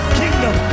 kingdom